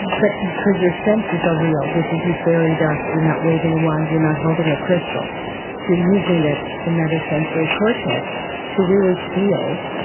but because your senses are real, this isn't fairy dust, you're not waving a wand, you're not holding a crystal you're using that somatosensory cortex to really feel,